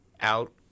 out